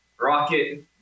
Rocket